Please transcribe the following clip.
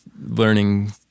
learning